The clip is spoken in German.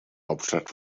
hauptstadt